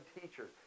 teachers